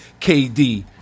KD